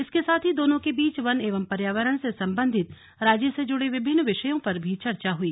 इसके साथ ही दोनों के बीच वन एवं पर्यावरण से संबंधित राज्य से जुड़े विभिन्न विषयों पर भी चर्चा हुई